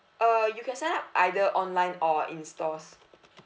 uh you can sign up either online or in stores